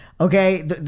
Okay